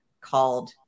called